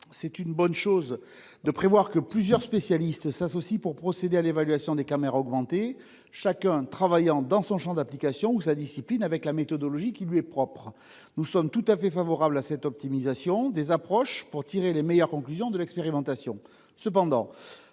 C'est une bonne chose de prévoir que plusieurs spécialistes s'associent pour procéder à l'évaluation des caméras augmenter chacun travaillant dans son Champ d'application où sa discipline avec la méthodologie qui lui est propre. Nous sommes tout à fait favorable à cette optimisation des approches pour tirer les meilleures conclusions de l'expérimentation